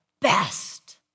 best